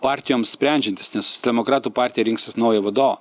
partijoms sprendžiantis nes demokratų partija rinksis naują vadovą